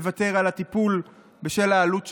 לוותר על הטיפול, בשל העלות שלו,